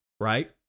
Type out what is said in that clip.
right